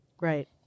Right